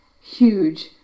huge